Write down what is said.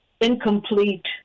incomplete